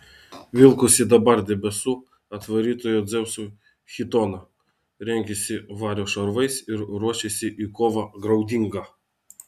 vilkosi dabar debesų atvarytojo dzeuso chitoną rengėsi vario šarvais ir ruošėsi į kovą graudingą